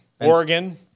Oregon